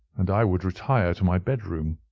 and i would retire to my bed-room.